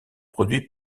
produit